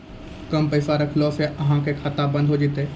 कम पैसा रखला से अहाँ के खाता बंद हो जैतै?